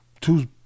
two